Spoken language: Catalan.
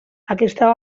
aquesta